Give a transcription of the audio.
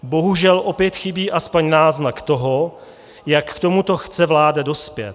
Bohužel opět chybí aspoň náznak toho, jak k tomuto chce vláda dospět.